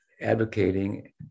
advocating